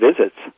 visits